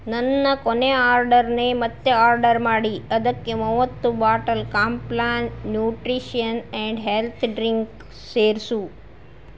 ನನ್ನ ಕೊನೆ ಆರ್ಡರ್ನೇ ಮತ್ತೆ ಆರ್ಡರ್ ಮಾಡಿ ಅದಕ್ಕೆ ಮೂವತ್ತು bottle Complan nutrition and health drink ಸೇರಿಸು